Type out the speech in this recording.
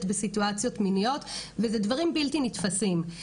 בסיטואציות מיניות וזה דברים בלתי נתפסים.